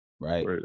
Right